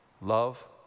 love